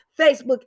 Facebook